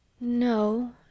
No